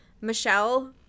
Michelle